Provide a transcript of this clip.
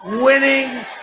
winning